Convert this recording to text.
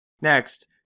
Next